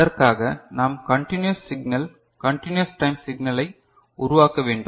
அதற்காக நாம் continuous signal continuous time சிக்னலை உருவாக்க வேண்டும்